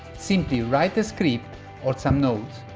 simply write a script or some notes,